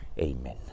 amen